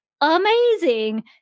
amazing